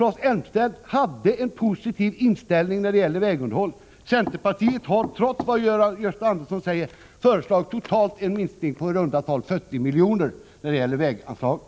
Claes Elmstedt hade en positiv inställning till vägunderhållet. Centerpartiet har — i motsats till vad Gösta Andersson säger — föreslagit en minskning med totalt ca 40 miljoner på väganslaget.